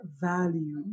value